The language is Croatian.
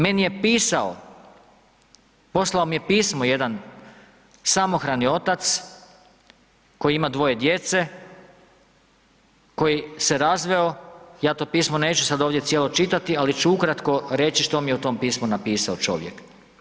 Meni je pisao, poslao mi je pismo jedan samohrani otac koji ima 2 djece, koji se razveo, ja to pismo neću ovdje cijelo sad čitati ali ću ukratko reći što mi je u tom pismu napisao čovjek.